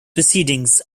proceedings